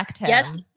yes